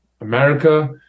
America